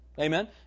Amen